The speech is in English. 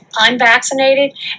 unvaccinated